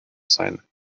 sein